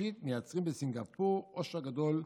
והחופשית מייצרים בסינגפור עושר גדול,